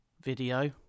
video